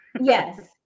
Yes